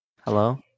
Hello